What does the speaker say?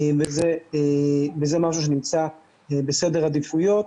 זה משהו שנמצא בסדרי עדיפויות,